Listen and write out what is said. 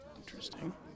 Interesting